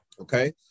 okay